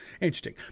interesting